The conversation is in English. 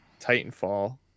Titanfall